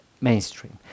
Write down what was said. mainstream